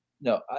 no